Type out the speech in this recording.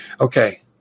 Okay